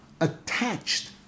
attached